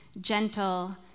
gentle